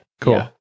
Cool